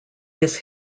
his